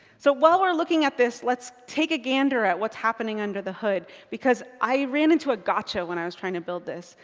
so while we're looking at this, let's take a gander at what's happening under the hood. because i ran into a gotcha, when i was trying to build this.